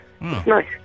Nice